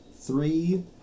three